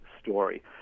story